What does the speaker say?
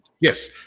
Yes